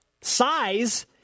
Size